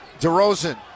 DeRozan